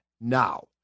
now